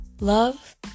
love